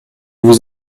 vous